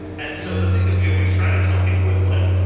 and so the thing that we always try to tell people is like,